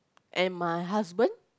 and my husband